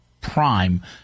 prime